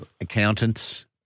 accountants